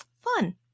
fun